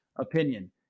opinion